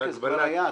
כן, זה כבר היה.